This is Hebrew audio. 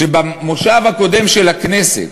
שבמושב הקודם של הכנסת,